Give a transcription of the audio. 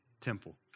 temple